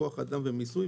כוח אדם ומיסוי.